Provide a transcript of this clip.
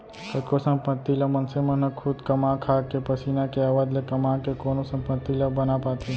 कतको संपत्ति ल मनसे मन ह खुद कमा खाके पसीना के आवत ले कमा के कोनो संपत्ति ला बना पाथे